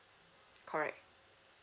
correct